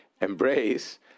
embrace